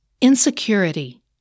insecurity